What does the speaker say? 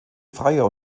freier